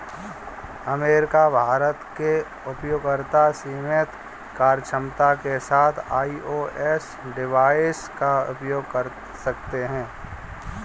America, Bharat के उपयोगकर्ता सीमित कार्यक्षमता के साथ आई.ओ.एस डिवाइस का उपयोग कर सकते हैं